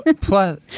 Plus